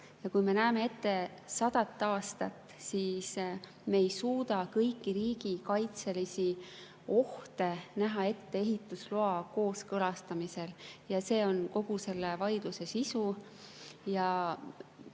Kui me näeme ette sadat aastat, siis me ei suuda kõiki riigikaitselisi ohte näha ette ehitusloa kooskõlastamisel. Ja see on kogu selle vaidluse sisu.